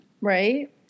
Right